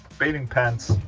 bathing pants.